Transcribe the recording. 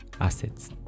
assets